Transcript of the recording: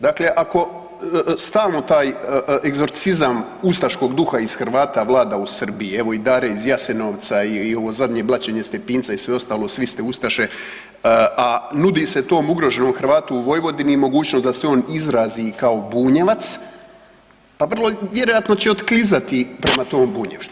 Dakle, ako stalno taj egzorcizam ustaškog duha iz Hrvata vlada u Srbiji, evo i Dare iz Jasenovca i ovo zadnje blaćenje Stepinca i sve ostalo, svi ste ustaše, a nudi se tom ugroženom Hrvatu u Vojvodini mogućnost da se on izrazi i kao Bunjevac pa vjerojatno će otklizati prema tom bunjevštvu.